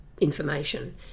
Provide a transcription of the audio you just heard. information